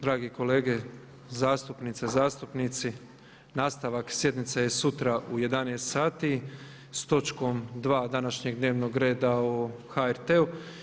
Dragi kolege zastupnice i zastupnici nastavak sjednice je sutra u 11 sati s točkom dva današnjeg dnevnog reda o HRT-u.